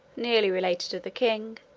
nearly related to the king,